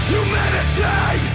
Humanity